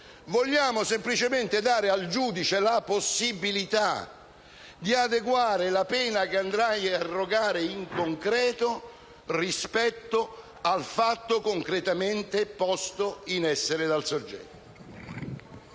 Vogliamo semplicemente dare al giudice la possibilità di adeguare la pena che andrà a irrogare in concreto rispetto al fatto concretamente posto in essere dal soggetto.